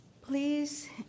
Please